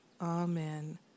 Amen